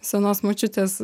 senos močiutės